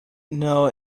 know